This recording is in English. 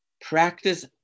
practice